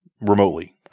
remotely